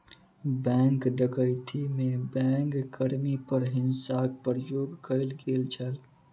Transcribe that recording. bank डकैती में bank कर्मी पर हिंसाक प्रयोग कयल गेल छल